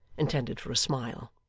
intended for a smile.